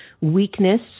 weakness